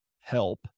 help